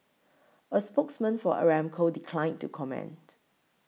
a spokesman for Aramco declined to comment